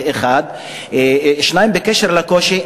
זה דבר אחד, 2. בעניין הקושי.